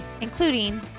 including